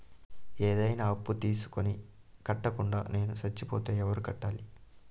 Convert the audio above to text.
ఏదైనా అప్పు తీసుకొని కట్టకుండా నేను సచ్చిపోతే ఎవరు కట్టాలి?